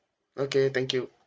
okay thank you